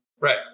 right